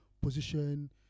position